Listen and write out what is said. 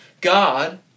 God